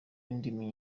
indimi